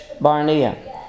Barnea